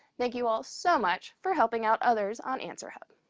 thank you all so much for helping out others on answerhub.